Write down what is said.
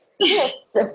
Yes